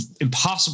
impossible